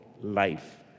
life